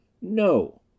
No